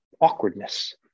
awkwardness